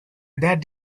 that